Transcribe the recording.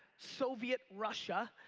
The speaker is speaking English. soviet russia,